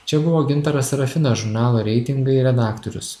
čia buvo gintaras serafinas žurnalo reitingai redaktorius